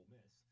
Miss